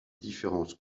différences